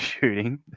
shooting